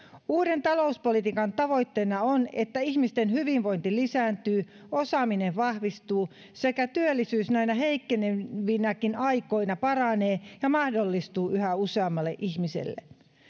uuden talouspolitiikan tavoitteena on että ihmisten hyvinvointi lisääntyy osaaminen vahvistuu sekä työllisyys näinä heikkenevinäkin aikoina paranee ja mahdollistuu yhä useammalle ihmiselle